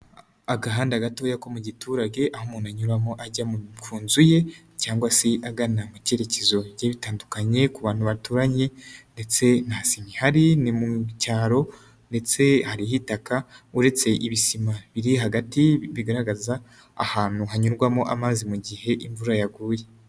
Agahanda gatoya ko mu giturage, aho umuntu anyuramo ajya ku nzu ye cyangwa se agana mu kerekezo bigiye bitandukanye, ku bantu baturanye ndetse nta sima ihari ni mu cyaro ndetse hariho itaka uretse ibisima biri hagati bigaragaza ahantu hanyurwamo amazi mu gihe imvura yaguye.